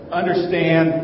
understand